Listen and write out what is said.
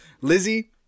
Lizzie